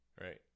right